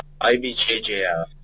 IBJJF